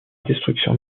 destruction